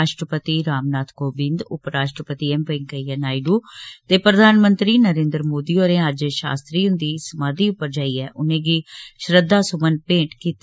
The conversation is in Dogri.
राश्ट्रपति रामनाथ कोविंद उपराश्ट्रपति एम वैंकया नायडू ते प्रधानमंत्री नरेन्द्र मोदी होरें अज्ज शास्त्री जी हुंदी समाधी पर जाइयै उनेंगी श्रद्धा सुमन अर्पित कीते